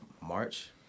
March